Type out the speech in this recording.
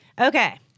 Okay